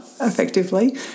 effectively